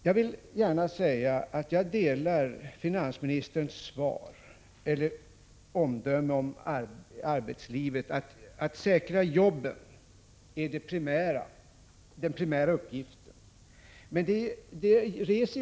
Jag vill gärna säga att jag instämmer i finansministerns omdöme när det gäller arbetslivet, nämligen att den primära uppgiften är att säkra jobben.